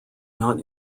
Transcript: not